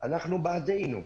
אנחנו בעדנו.